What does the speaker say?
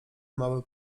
mały